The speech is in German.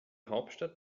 hauptstadt